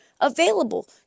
available